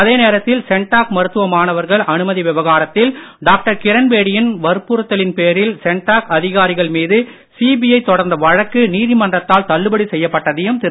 அதே நேரத்தில் சென்டாக் மருத்துவ மாணவர்கள் அனுமதி விவகாரத்தில் டாக்டர் கிரண்பேடியின் வற்புறுத்தலின் பேரில் சென்டாக் அதிகாரிகள் மீது சிபிஐ தொடர்ந்த வழக்கு நீதிமன்றத்தால் தள்ளுபடி செய்யப்பட்டதையும் திரு